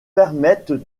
permettent